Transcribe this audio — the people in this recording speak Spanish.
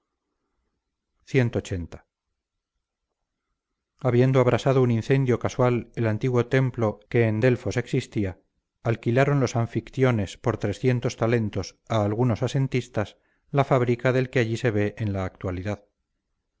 ciudad clxxx habiendo abrasado un incendio casual el antiguo templo en que delfos existía alquilaron los anfictiones por talentos a algunos asentistas la fábrica del que allí se ve en la actualidad